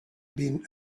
been